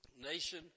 nation